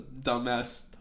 dumbass